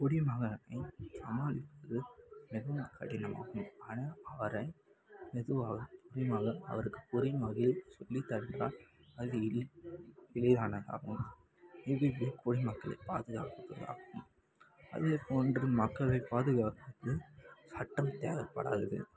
குடிமகனை சமாளிப்பது மிகவும் கடினமாகும் ஆனால் அவரை மெதுவாக புரியுமாக அவருக்கு புரியும் வகையில் சொல்லித் தந்தால் அது எளி எளிதானதாகும் இதுவே குடிமக்களைப் பாதுகாப்பதாகும் அதேப் போன்று மக்களைப் பாதுகாப்பது சட்டம் தேவைப்படாது